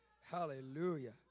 Hallelujah